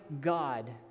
God